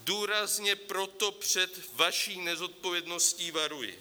Důrazně proto před vaší nezodpovědností varuji.